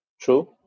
true